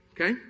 Okay